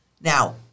Now